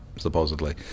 supposedly